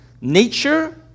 nature